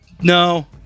No